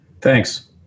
Thanks